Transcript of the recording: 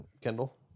Kendall